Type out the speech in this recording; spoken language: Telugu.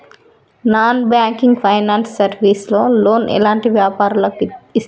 నాన్ బ్యాంకింగ్ ఫైనాన్స్ సర్వీస్ లో లోన్ ఎలాంటి వ్యాపారులకు ఇస్తరు?